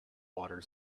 water